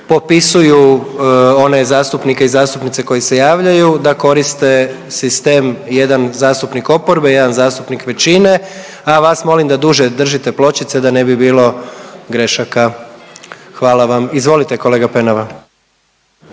popisuju one zastupnike i zastupnice koji se javljaju da koriste sistem jedan zastupnik oporbe, jedan zastupnik većine, a vas molim da duže držite pločice da ne bi bilo grešaka, hvala vam. Izvolite kolega Penava.